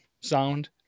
sound